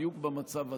בדיוק במצב הזה.